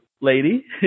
lady